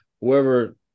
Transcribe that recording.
whoever